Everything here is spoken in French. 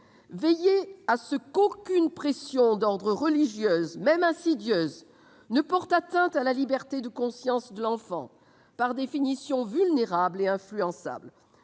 publique, à ce qu'aucune pression d'ordre religieux, même insidieuse, ne porte atteinte à la liberté de conscience de l'enfant, par définition vulnérable et influençable.